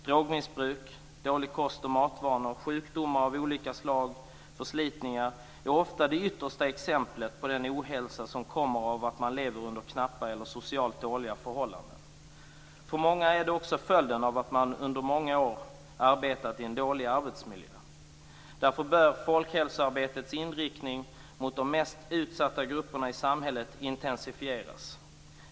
Drogmissbruk, dåliga kost och matvanor, sjukdomar av olika slag och förslitningar är ofta de yttersta exemplen på den ohälsa som kommer av att man lever under knappa eller socialt dåliga förhållanden. För många är det också följden av att man under många år arbetat i en dålig arbetsmiljö. Därför bör folkhälsoarbetets inriktning mot de mest utsatta grupperna i samhället intensifieras.